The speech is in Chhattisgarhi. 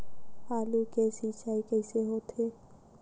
आलू के सिंचाई कइसे होथे?